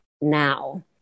now